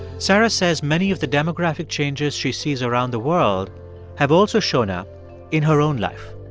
sarah says many of the demographic changes she sees around the world have also shown up in her own life